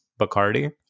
Bacardi